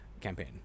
Campaign